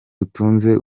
utunze